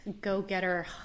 go-getter